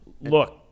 look